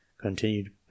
continued